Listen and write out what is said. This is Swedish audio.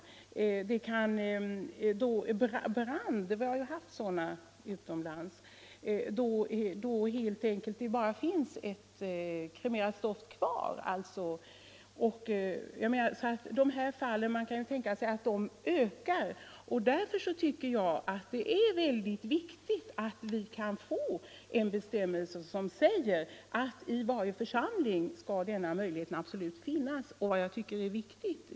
Och det kan vara fråga om bränder —- det har ju hänt för inte så länge sedan — där det helt enkelt bara finns ett kremerat stoft kvar. Man kan tänka sig att fall av den här typen kommer att öka. Därför är det enligt min mening viktigt att vi får en bestämmelse som säger att det i varje församling skall finnas möjlighet att få jordfästning efter kremation.